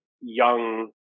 young